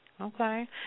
Okay